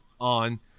on